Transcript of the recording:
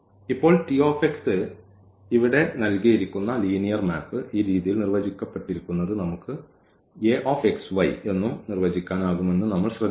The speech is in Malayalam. ഇപ്പോൾ ഈ T ഇവിടെ നൽകിയിരിക്കുന്ന ലീനിയർ മാപ്പ് ഈ രീതിയിൽ നിർവചിക്കപ്പെട്ടിരിക്കുന്നത് നമുക്ക് എന്നും നിർവ്വചിക്കാനാകുമെന്ന് നമ്മൾ ശ്രദ്ധിക്കുന്നു